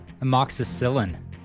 Amoxicillin